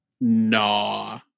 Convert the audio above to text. nah